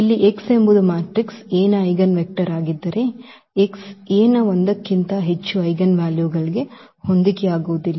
ಇಲ್ಲಿ x ಎಂಬುದು matrix A ನ ಐಜೆನ್ವೆಕ್ಟರ್ ಆಗಿದ್ದರೆ x A ನ ಒಂದಕ್ಕಿಂತ ಹೆಚ್ಚು ಐಜೆನ್ವಾಲ್ಯೂಗಳಿಗೆ ಹೊಂದಿಕೆಯಾಗುವುದಿಲ್ಲ